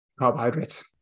Carbohydrates